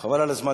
חבל על הזמן.